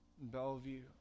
Bellevue